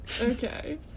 Okay